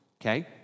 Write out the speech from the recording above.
okay